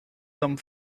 some